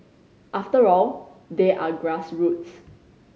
after all they are grassroots